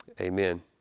Amen